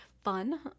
fun